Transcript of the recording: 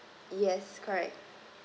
yes correct